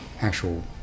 actual